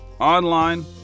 online